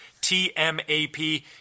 TMAP